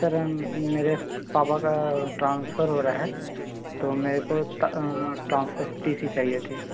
sir मेरे पापा का ट्रांसफ़र हो रहा है तो मेरे को ट्रांसफ़र टी सी चाहिए था